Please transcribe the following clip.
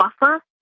Buffer